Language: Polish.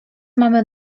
mamy